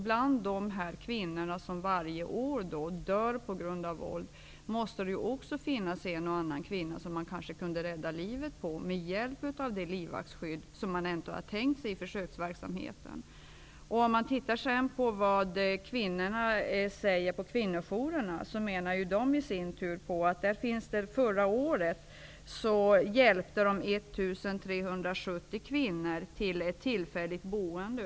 Bland de kvinnor som varje år dör på grund av våld, måste det också finnas en och annan kvinna som man kanske kunde rädda livet på med hjälp av det livvaktsskydd som ändå var tänkt i försöksverksamheten. 1 370 kvinnor till ett tillfälligt boende.